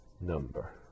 number